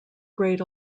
great